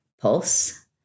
pulse